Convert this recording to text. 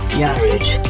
garage